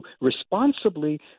responsibly